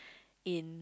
in